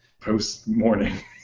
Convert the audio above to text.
post-morning